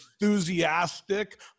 enthusiastic